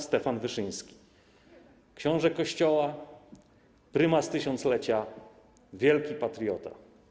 Stefan Wyszyński - Książę Kościoła, Prymas Tysiąclecia, wielki patriota.